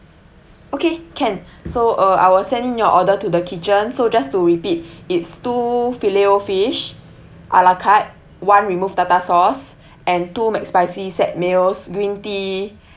okay can so uh I will send in your order to the kitchen so just to repeat it's two filet-o-fish a la carte one remove tartar sauce and two mcspicy set meals green tea